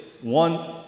One